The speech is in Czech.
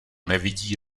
nevidí